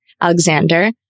Alexander